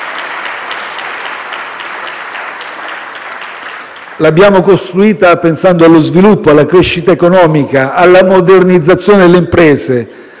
L'abbiamo costruita pensando allo sviluppo, alla crescita economica, alla modernizzazione delle imprese,